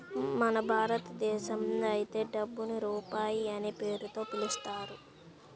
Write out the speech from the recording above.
మన భారతదేశంలో అయితే డబ్బుని రూపాయి అనే పేరుతో పిలుస్తారు